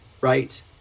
right